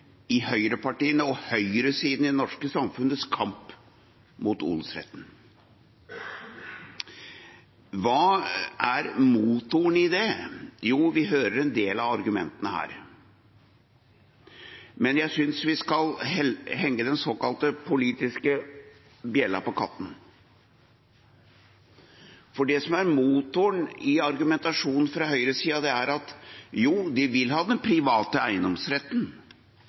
i høyrepartiene og på høyresiden i det norske samfunnets kamp mot odelsretten. Hva er motoren i det? Jo, vi hører en del av argumentene her. Men jeg synes vi skal henge den såkalte politiske bjella på katten. For det som er motoren i argumentasjonen fra høyresiden, er at de vil ha den private eiendomsretten